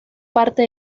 parte